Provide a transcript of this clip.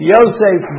Yosef